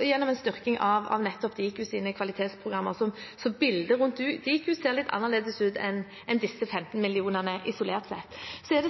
gjennom en styrking av nettopp Dikus kvalitetsprogrammer. Så bildet rundt Diku ser litt annerledes ut enn disse 15 mill. kr isolert sett.